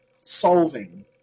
solving